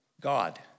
God